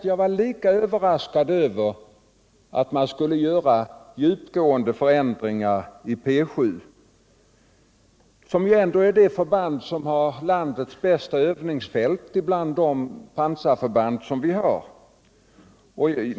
Jag var lika överraskad över att man skulle göra djupgående förändringar i P 7, som ju ändå är det förband som har landets bästa övningsfält bland de pansarförband vi har.